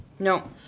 No